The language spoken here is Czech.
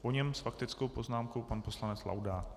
Po něm s faktickou poznámkou pan poslanec Laudát.